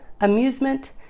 amusement